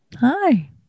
Hi